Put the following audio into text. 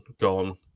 gone